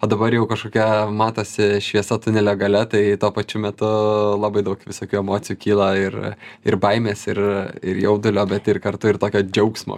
o dabar jau kažkokia matosi šviesa tunelio gale tai tuo pačiu metu labai daug visokių emocijų kyla ir ir baimės ir ir jaudulio bet ir kartu ir tokio džiaugsmo